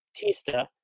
Batista